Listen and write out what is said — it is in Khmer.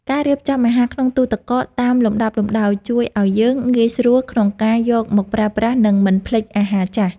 ការរៀបចំអាហារក្នុងទូរទឹកកកតាមលំដាប់លំដោយ ជួយឱ្យយើងងាយស្រួលក្នុងការយកមកប្រើប្រាស់និងមិនភ្លេចអាហារចាស់។